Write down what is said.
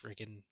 freaking